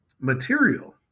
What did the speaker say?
material